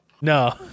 No